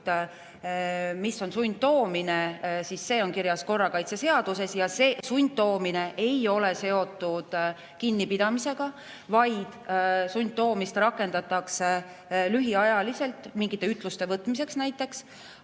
mis on sundtoomine, siis see on kirjas korrakaitseseaduses. Sundtoomine ei ole seotud kinnipidamisega. Sundtoomist rakendatakse lühiajaliselt, mingite ütluste võtmiseks näiteks.